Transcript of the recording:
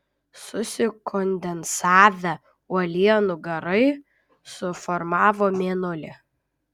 susikondensavę uolienų garai suformavo mėnulį